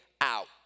out